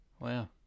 Wow